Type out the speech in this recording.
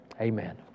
amen